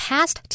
Past